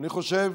אני חושב